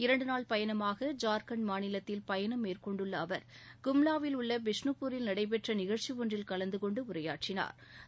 இரண்டு நாள் பயணமாக ஜார்கண்ட் மாநிலத்தில் சுற்றுப் பயணம் மேற்கொண்டுள்ள அவர் கும்லாவில் உள்ள பிஷ்னுபூரில் நடடபெற்ற நிகழ்ச்சி ஒன்றில் கலந்து கொண்டு உரையாற்றினாா்